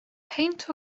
peint